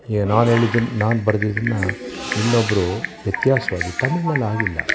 ಏ ನಾನು ಹೇಳಿದ್ದನ್ನು ನಾನು ಬರ್ದಿದ್ದನ್ನು ಇನ್ನೊಬ್ಬರು ವ್ಯತ್ಯಾಸವಾಗಿ ತಮಿಳ್ನಲ್ಲಿ ಆಗಿಲ್ಲ